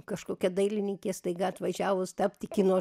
kažkokia dailininkė staiga atvažiavus tapti kino